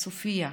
סופיה,